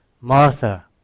Martha